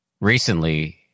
recently